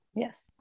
Yes